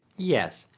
yes,